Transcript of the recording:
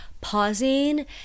pausing